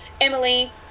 Emily